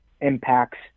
impacts